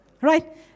right